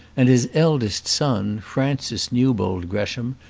and his eldest son, francis newbold gresham,